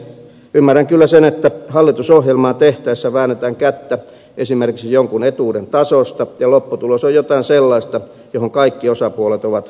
ymmärrän kyllä sen että hallitusohjelmaa tehtäessä väännetään kättä esimerkiksi jonkin etuuden tasosta ja lopputulos on jotain sellaista mihin kaikki osapuolet ovat tyytymättömiä